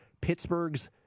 Pittsburgh's